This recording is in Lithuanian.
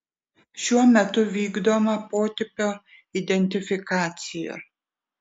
šiuo metu vykdoma potipio identifikacija